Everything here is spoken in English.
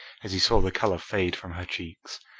as he saw the colour fade from her cheeks,